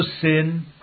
sin